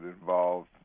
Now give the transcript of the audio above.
involved